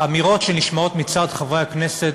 האמירות שנשמעות מצד חברי הכנסת,